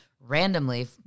randomly